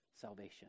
salvation